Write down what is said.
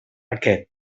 aquest